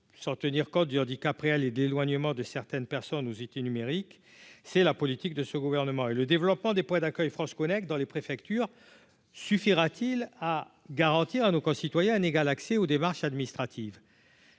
sans tenir compte du handicap réel et d'éloignement de certaines personnes nous IT numérique, c'est la politique de ce gouvernement et le développement des points d'accueil France : dans les préfectures. Suffira-t-il à garantir à nos concitoyens un égal accès aux démarches administratives